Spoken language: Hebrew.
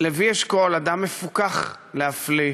לוי אשכול, אדם מפוכח להפליא,